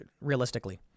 realistically